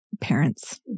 parents